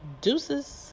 Deuces